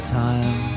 time